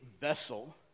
vessel